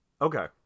okay